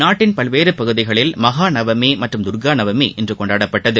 நாட்டின் பல்வேறு பகுதிகளில் மகா நவமி மற்றும் தர்கா நவமி இன்று கொண்டாடப்பட்டது